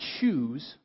choose